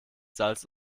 salz